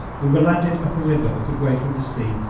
we were landed up a river a good way from the sea,